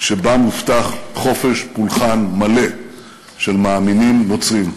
שבה מובטח חופש פולחן מלא של מאמינים נוצרים,